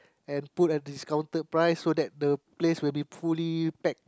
and put at discounted price so that the place will be fully packed